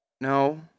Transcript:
No